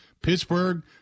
Pittsburgh